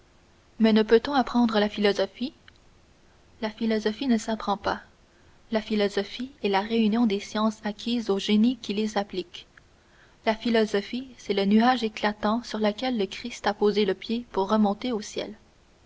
mais ne peut-on apprendre la philosophie la philosophie ne s'apprend pas la philosophie est la réunion des sciences acquises au génie qui les applique la philosophie c'est le nuage éclatant sur lequel le christ a posé le pied pour remonter au ciel